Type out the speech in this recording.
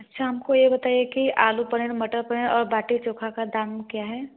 अच्छा हमको यह बताइए कि आलू पनीर मटर पनीर और बाटी चोखा का दाम क्या है